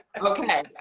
Okay